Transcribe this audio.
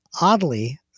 Oddly